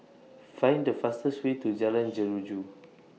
Find The fastest Way to Jalan Jeruju